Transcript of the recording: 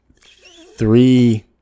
three